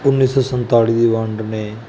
ਉੱਨੀ ਸੌ ਸੰਤਾਲੀ ਦੀ ਵੰਡ ਨੇ